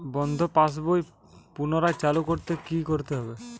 বন্ধ পাশ বই পুনরায় চালু করতে কি করতে হবে?